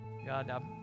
God